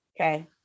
okay